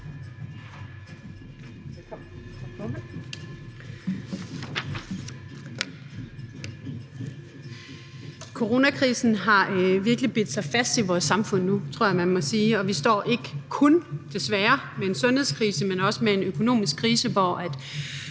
Coronakrisen har virkelig bidt sig fast i vores samfund nu, tror jeg man må sige, og vi står desværre ikke kun med en sundhedskrise, men også med en økonomisk krise, hvor